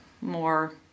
more